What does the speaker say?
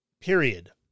Period